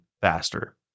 faster